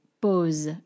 pause